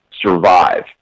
survive